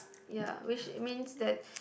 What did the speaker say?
ya which means that